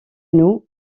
nous